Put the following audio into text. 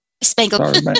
Spangled